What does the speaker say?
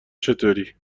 چطوری